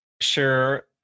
sure